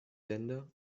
länder